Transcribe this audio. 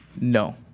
No